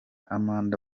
amanda